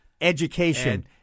education